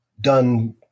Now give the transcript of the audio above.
done